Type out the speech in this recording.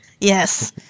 Yes